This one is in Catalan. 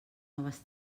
noves